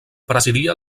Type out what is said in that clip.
presidia